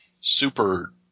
super